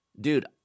dude